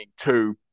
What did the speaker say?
two